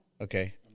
Okay